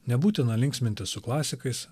nebūtina linksmintis su klasikais